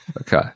Okay